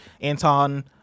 Anton